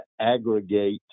aggregate